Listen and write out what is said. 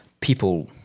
people